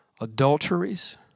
adulteries